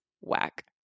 Whack